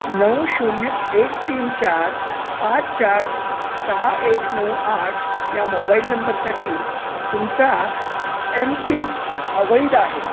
नऊ शून्य एक तीन चार पाच चार सहा एक नऊ आठ या मोबाईल नंबरसाठी तुमचा एम पिन अवैध आहे